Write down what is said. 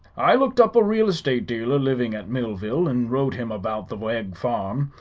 i looked up a real estate dealer living at millville, and wrote him about the wegg farm.